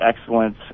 excellence